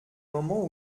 moments